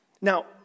Now